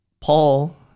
Paul